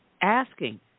asking